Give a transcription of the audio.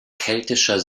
keltischer